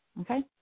Okay